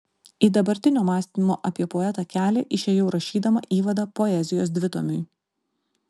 į dabartinio mąstymo apie poetą kelią išėjau rašydama įvadą poezijos dvitomiui